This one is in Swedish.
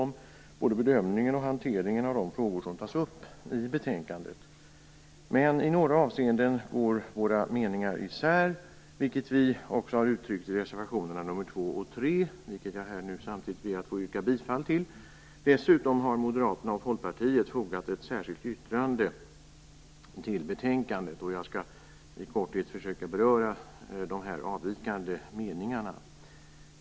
Det gäller både bedömningen och hanteringen av de frågor som tas upp i betänkandet. Men i några avseenden går våra meningar isär, vilket vi har givit uttryck för i reservationerna nr 2 och 3, som jag nu ber att få yrka bifall till. Dessutom har Moderaterna och Folkpartiet fogat ett särskilt yttrande till betänkandet. Jag skall i korthet försöka berör våra avvikande meningar.